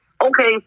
okay